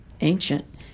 ancient